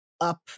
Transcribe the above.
up